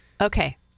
Okay